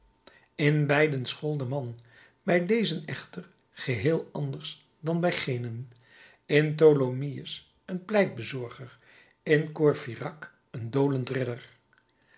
in beiden school de man bij dezen echter geheel anders dan bij genen in tholomyes een pleitbezorger in courfeyrac een dolend ridder